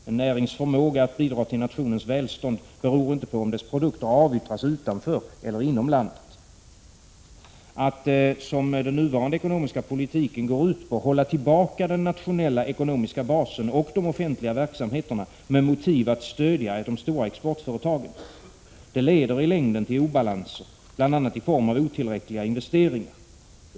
En närings förmåga att bidra till nationens välstånd beror inte på om dess produkter avyttras utanför eller inom landet. Att hålla tillbaka den nationella ekonomiska basen och de offentliga verksamheterna med motivet att stödja de stora exportföretagen — som den nuvarande ekonomiska politiken går ut på — leder i längden till obalanser, bl.a. i form av otillräckliga investeringar.